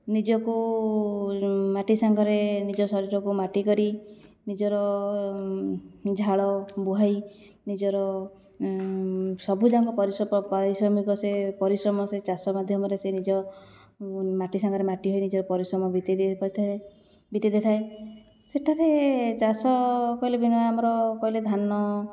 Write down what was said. ନିଜକୁ ମାଟି ସାଙ୍ଗରେ ନିଜ ଶରୀରକୁ ମାଟିକରି ନିଜର ଝାଳବୁହାଇ ନିଜର ସବୁଯାକ ପରିଶ୍ରମ ପରିଶ୍ରମ ସେ ଚାଷ ମାଧ୍ୟମରେ ସେ ନିଜ ମାଟି ସାଙ୍ଗରେ ମାଟିହୋଇ ନିଜ ପରିଶ୍ରମ ବିତାଇ ଦେଇ ପାରିଥାଏ ବିତାଇ ଦେଇଥାଏ ସେଠାରେ ଚାଷ କହିଲେ ବିନା ଆମର କହିଲେ ଧାନ